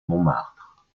montmartre